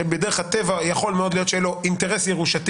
שבדרך הטבע יכול מאוד להיות שיהיה לו אינטרס ירושתי